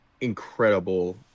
incredible